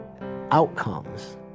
outcomes